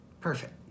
Perfect